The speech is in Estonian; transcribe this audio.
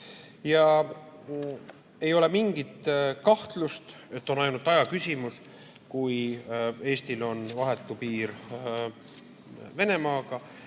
Ei ole mingit kahtlust, et on ainult aja küsimus, kuna Eestil on vahetu piir Venemaaga,